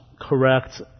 correct